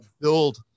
build